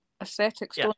aesthetics